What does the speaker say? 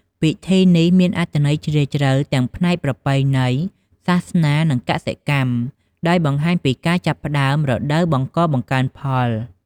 ពិធីនេះមានអត្ថន័យជ្រាលជ្រៅទាំងផ្នែកប្រពៃណី សាសនា និងកសិកម្ម ដោយបង្ហាញពីការចាប់ផ្តើមរដូវបង្កបង្កើនផល។